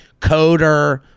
coder